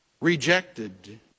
rejected